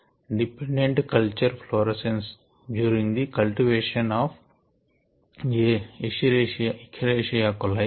monitoring NADH dependent culture fluorescence during the cultivation on Escherichia కొలై